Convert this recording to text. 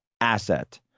asset